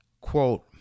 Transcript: quote